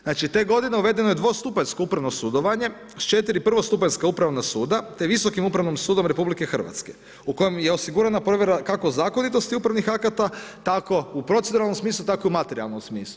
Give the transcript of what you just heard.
Znači te godine uvedeno je dvostupanjsko upravno sudovanje sa 4 prvostupanjska upravna suda, te Visokim upravnim sudom RH u kojem je osigurana provjera kako zakonitosti upravnih akata, tako u proceduralnom smislu, tako i u materijalnom smislu.